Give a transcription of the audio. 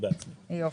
יופי.